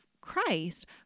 Christ